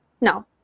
No